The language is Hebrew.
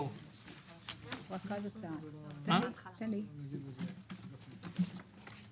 טיוטת תקנות ניירות ערך (הצעת ניירות